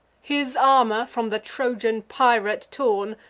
his armor, from the trojan pirate torn,